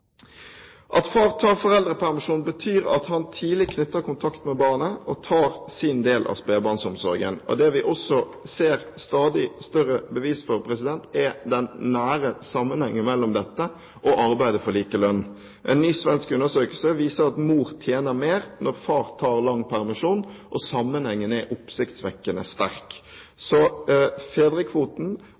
At far tar foreldrepermisjon, betyr at han tidlig knytter kontakt med barnet og tar sin del av spedbarnsomsorgen. Det vi også ser stadig større bevis på, er den nære sammenhengen mellom dette og arbeidet for likelønn. En ny svensk undersøkelse viser at mor tjener mer når far tar lang permisjon. Sammenhengen er oppsiktsvekkende sterk. Fedrekvoten